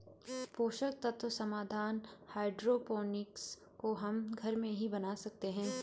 पोषक तत्व समाधान हाइड्रोपोनिक्स को हम घर में भी बना सकते हैं